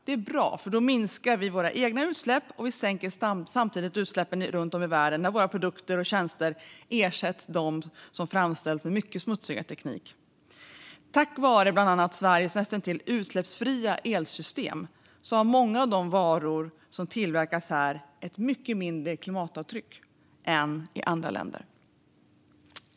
Det är bra, för då minskar vi våra egna utsläpp och sänker samtidigt utsläppen runt om i världen när våra produkter och tjänster ersätter dem som framställs med mycket smutsigare teknik. Tack vare bland annat Sveriges näst intill utsläppsfria elsystem har många av de varor som tillverkas här ett mindre klimatavtryck än dem som tillverkas i andra länder.